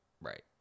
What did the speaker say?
right